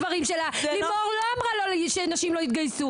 ולשוויון מגדרי): << יור >> לימור לא קראה חלילה לא להתגייס.